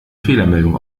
fehlermeldung